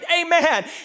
Amen